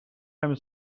hem